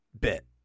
bit